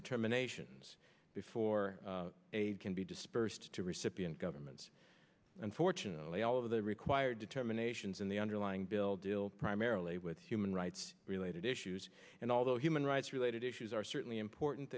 determinations before a can be dispersed to recipient governments unfortunately all of the required determinations in the underlying bill deal primarily with human rights related issues and although human rights related issues are certainly important